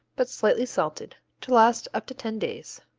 but slightly salted, to last up to ten days.